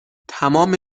تمام